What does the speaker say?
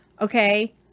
Okay